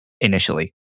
initially